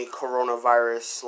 coronavirus